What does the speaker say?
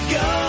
go